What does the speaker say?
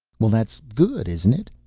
well, that's good, isn't it?